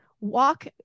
walk